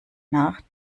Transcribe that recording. nach